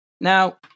Now